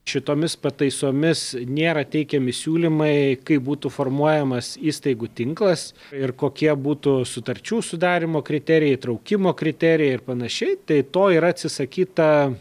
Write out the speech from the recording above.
šitomis pataisomis nėra teikiami siūlymai kaip būtų formuojamas įstaigų tinklas ir kokie būtų sutarčių sudarymo kriterijai įtraukimo kriterijai ir panašiai tai to yra atsisakyta